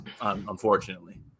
unfortunately